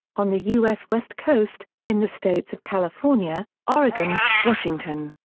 on the us west coast, in the states of california, oregon, washington,